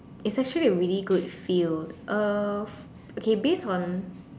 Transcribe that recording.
it's actually a really good field uh okay based on